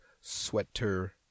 Sweater